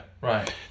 right